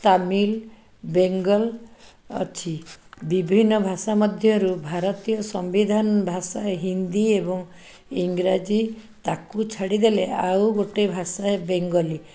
ତାମିଲ ବେଙ୍ଗଲ୍ ଅଛି ବିଭିନ୍ନ ଭାଷା ମଧ୍ୟରୁ ଭାରତୀୟ ସମ୍ବିଧାନ ଭାଷା ହିନ୍ଦୀ ଏବଂ ଇଂରାଜୀ ତାକୁ ଛାଡ଼ିଦେଲେ ଆଉ ଗୋଟେ ଭାଷା ବେଙ୍ଗଲୀ